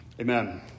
Amen